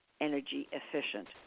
energy-efficient